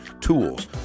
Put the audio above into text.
tools